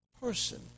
person